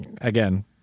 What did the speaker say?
again